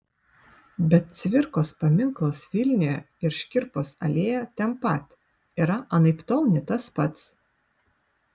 bet cvirkos paminklas vilniuje ir škirpos alėja ten pat yra anaiptol ne tas pats